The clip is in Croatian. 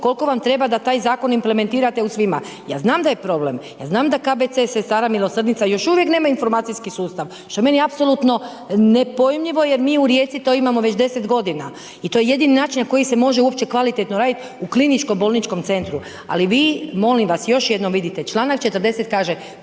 koliko vam treba da taj zakon implementirate u svima. Ja znam da je problem, ja znam da KBC Sestara milosrdnica još uvijek nema informacijski sustav, što je meni apsolutno nepojmljivo, jer mi u Rijeci to imamo već 10 g. I to je jedini način na koji se može uopće kvalitetno raditi, u kliničkom bolničkom centru. Ali, vi molim vas, još jednom vidite, čl. 40. kaže,